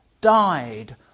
died